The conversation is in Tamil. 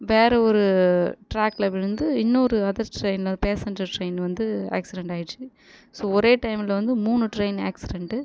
வேறு ஒரு டிராக்கில் விழுந்து இன்னொரு அதர் ட்ரெயின் பேஸஞ்சர் டிரெயின் வந்து ஆக்சிடென்ட் ஆகிடுச்சி ஸோ ஒரே டைமில் வந்து மூணு ட்ரெயின் ஆக்சிடென்ட்